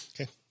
Okay